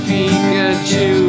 Pikachu